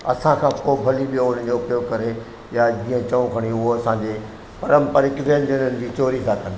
असां सां को भली ॿियो इन जो उपयोग करे या जीअं चऊं खणी उहो असांजे परंपरिक व्यंजननि जी चोरी था कनि